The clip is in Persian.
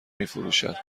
میفروشد